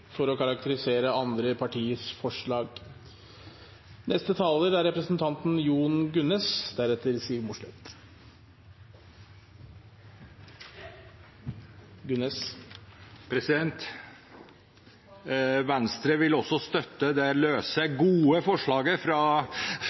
for å karakterisere andre partiers forslag. Venstre vil også støtte det løse, gode forslaget